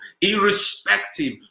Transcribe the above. irrespective